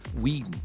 Whedon